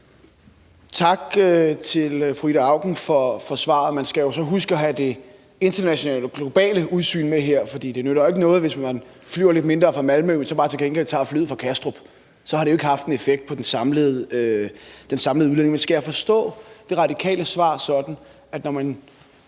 Tak til fru Ida Auken for svaret. Man skal så huske at have det internationale, globale udsyn med her, for det nytter jo ikke noget, hvis man flyver lidt mindre fra Malmø, men så bare til gengæld tager flyet fra Kastrup; så har det jo ikke haft en effekt på den samlede udledning. Men skal jeg forstå De Radikales svar sådan, at når man